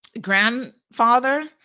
grandfather